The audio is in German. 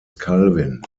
calvin